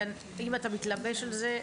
אם אתה מתלבש על זה,